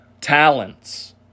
talents